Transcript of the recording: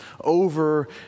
over